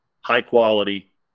high-quality